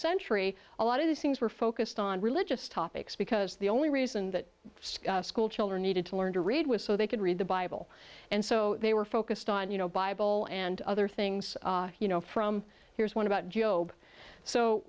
century a lot of these things were focused on religious topics because the only reason that school children needed to learn to read was so they could read the bible and so they were focused on you know bible and other things you know from here's one about